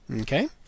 Okay